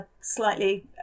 slightly